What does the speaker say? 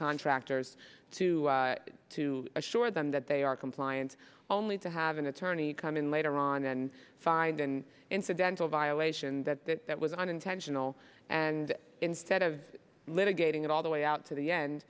contractors to to assure them that they are compliant only to have an attorney come in later on and find an incidental violation that that was unintentional and instead of litigating it all the way out to the end